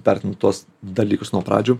vertinu tuos dalykus nuo pradžių